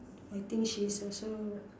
I think she's also